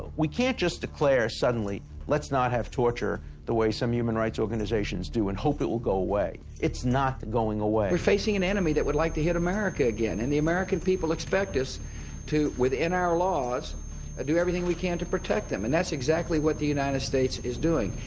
but we can't just declare suddenly let's not have torture the way some human rights organisations do and hope it'll go away, it's not going away. we are facing an enemy that would like to hit america again and the american people expect us to within our laws do everything we can to protect them and that's exactly what the united states is doing.